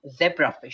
zebrafish